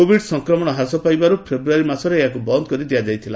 Covid ସଂକ୍ରମଣ ହ୍ରାସ ପାଇବାରୁ ଫେବ୍ୟାରୀ ମାସରେ ଏହାକ୍ର ବନ୍ଦ କରି ଦିଆଯାଇଥିଲା